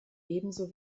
ebenso